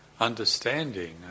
understanding